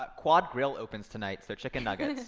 but quad grille opens tonight, so chicken nuggets.